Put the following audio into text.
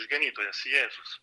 išganytojas jėzus